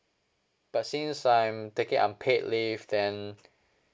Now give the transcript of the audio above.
but since I'm taking unpaid leave then